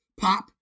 pop